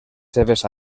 seves